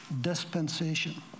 dispensation